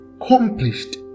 accomplished